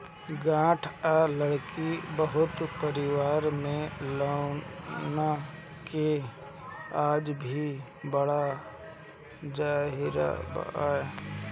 काठ आ लकड़ी बहुत परिवार में लौना के आज भी बड़ा जरिया बा